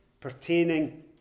pertaining